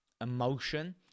emotion